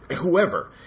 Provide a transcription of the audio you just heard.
whoever